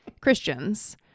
Christians